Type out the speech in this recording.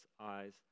eyes